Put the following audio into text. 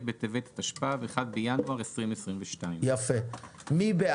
בטבת התשפ"ב (1 בינואר 2022). היושב-ראש,